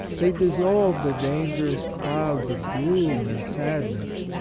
they dissolve the dangerous clouds of gloom and sadness,